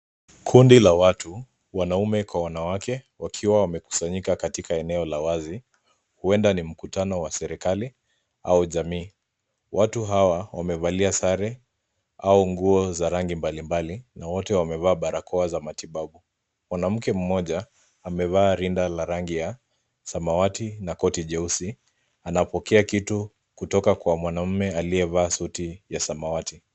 Kundi la watu, wanaume kwa wanawake, wakiwa wamekusanyika katika eneo la wazi, huenda ni mkutano wa serikali au jamii. Watu hawa wamevalia sare au nguo za rangi mbalimbali na wote wamevaa barakoa za matibabu. Mwanamke mmoja amevaa rinda la rangi ya samawati na koti jeusi anapokea kitu kutoka kwa mwanamume aliyevaa suti ya samawati.